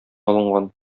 алынган